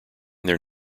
their